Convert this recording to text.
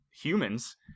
humans